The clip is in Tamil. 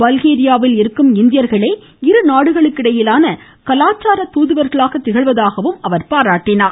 பல்கேரியாவில் இருக்கும் இந்தியர்களே இருநாடுகளுக்கிடையிலான கலாச்சார துாதுவர்களாக திகழ்வதாகவும் அவர் பாராட்டினார்